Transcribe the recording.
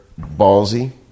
ballsy